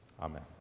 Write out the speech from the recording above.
Amen